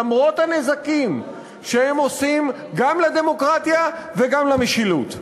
למרות הנזקים שהן עושות גם לדמוקרטיה וגם למשילות.